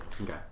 Okay